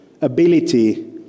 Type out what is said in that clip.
ability